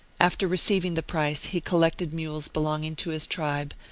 after receiving the price, he collected mules belonging to his tribe,